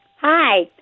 Hi